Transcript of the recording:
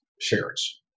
shares